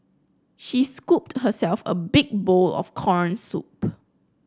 she scooped herself a big bowl of corn soup